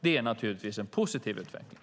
Det är naturligtvis en positiv utveckling.